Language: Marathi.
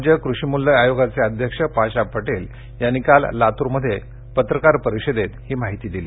राज्य कृषीमुल्य आयोगाचे अध्यक्ष पाशा पटेल यांनी काल लातूरमध्ये पत्रकार परिषदेत ही माहिती दिली